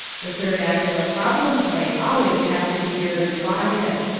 the third act of a problem play always has to be very quiet.